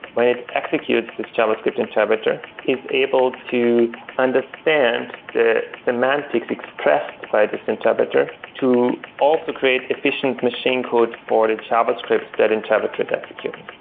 when it executes this javascript interpreter, is able to understand the semantics expressed by this interpreter to also create efficient machine code for the javascript that interpreter is executing.